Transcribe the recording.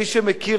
מי שמכיר,